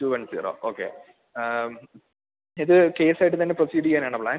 to one zero okay ആ ഇത് കേസായിട്ട് തന്നെ പ്രൊസീഡ് ചെയ്യാനാണോ പ്ലാൻ